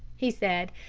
he said.